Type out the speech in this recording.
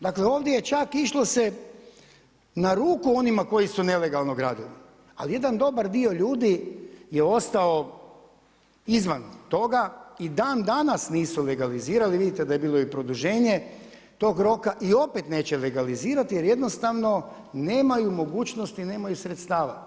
Dakle ovdje je čak išlo se na ruku onima koji su nelegalno gradili, ali jedan dobar dio ljudi je ostao izvan toga i dan danas nisu legalizirali, vidite da je bilo i produženje tog roka o opet neće legalizirati jer jednostavno nemaju mogućnosti nemaju sredstava.